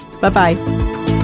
Bye-bye